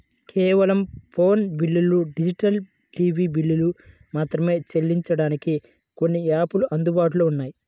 కేవలం ఫోను బిల్లులు, digital TV బిల్లులు మాత్రమే చెల్లించడానికి కొన్ని యాపులు అందుబాటులో ఉన్నాయి